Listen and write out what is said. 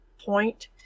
point